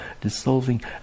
dissolving